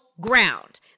ground